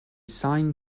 sign